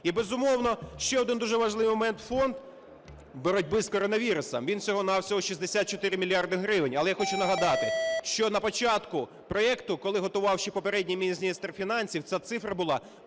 І, безумовно, ще один дуже важливий момент – Фонд боротьби з коронавірусом, він всього-на-всього 64 мільярди гривень. Але я хочу нагадати, що на початку проекту, коли готував ще попередній міністр фінансів, ця цифра була